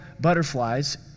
butterflies